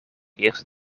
eerste